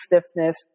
stiffness